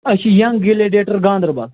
أسۍ چھِ young gladiator Ganderbal